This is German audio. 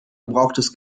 gebrauchtes